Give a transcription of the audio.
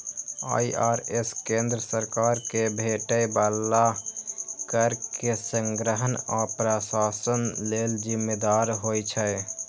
IRS केंद्र सरकार कें भेटै बला कर के संग्रहण आ प्रशासन लेल जिम्मेदार होइ छै